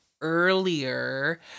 earlier